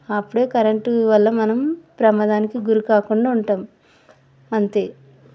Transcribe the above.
అప్పుడు కరెంటు వల్ల మనం ప్రమాదానికి గురికాకుండా ఉంటాం అంతే